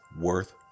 worth